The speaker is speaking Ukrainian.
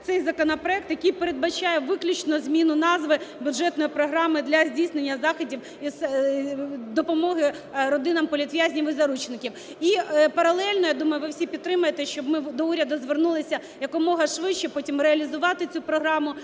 цей законопроект, який передбачає виключно зміну назви бюджетної програми для здійснення заходів з допомоги родинам політв'язнів і заручників. І паралельно, я думаю, ви всі підтримаєте, щоб ми до уряду звернулися - якомога швидше потім реалізувати цю програму,